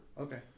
Okay